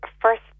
First